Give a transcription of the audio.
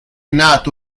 nato